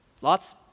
Lots